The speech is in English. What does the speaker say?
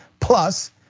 plus